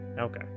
Okay